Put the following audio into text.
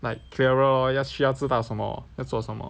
like clearer lor 要需要知道什么要做什么